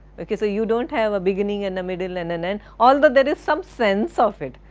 ok, so you don't have a beginning and middle and an end, although there is some sense of it,